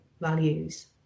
values